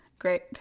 Great